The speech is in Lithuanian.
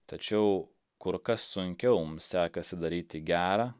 tačiau kur kas sunkiau mums sekasi daryti gera